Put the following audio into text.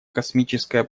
космическое